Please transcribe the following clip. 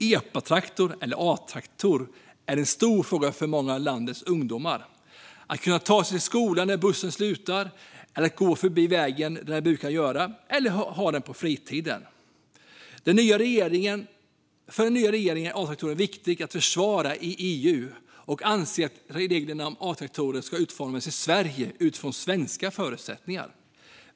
Epatraktorn eller A-traktorn är en stor fråga för många av landets ungdomar, för att kunna ta sig till skolan när bussen slutar gå där den brukade gå eller för att ta sig runt på fritiden. För den nya regeringen är A-traktorn viktig att försvara i EU. Den anser att reglerna för A-traktor ska utformas i Sverige utifrån svenska förutsättningar.